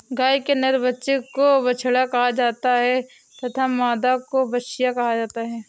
गाय के नर बच्चे को बछड़ा कहा जाता है तथा मादा को बछिया कहा जाता है